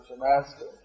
master